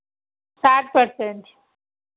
साठ परसेंट